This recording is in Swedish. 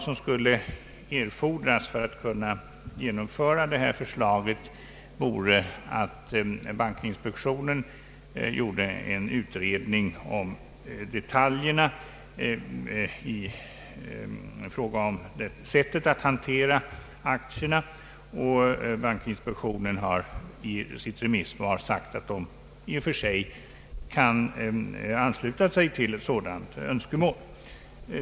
För att förslaget skall kunna genomföras erfordras, anser utskottet, att man först gör en utredning om detaljerna i fråga om sättet att hantera aktierna. Bankinspektionen anför i sitt remissvar att den i och för sig kan ansluta sig till det framförda önskemålet.